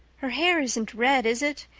her hair isn't red, is it?